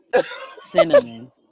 Cinnamon